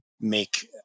make